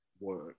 work